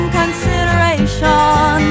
consideration